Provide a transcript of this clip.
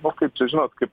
nu kaip čia žinot kaip